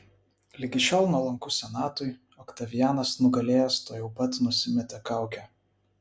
ligi šiol nuolankus senatui oktavianas nugalėjęs tuojau pat nusimetė kaukę